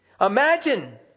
Imagine